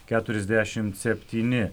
keturiasdešimt septyni